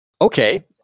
Okay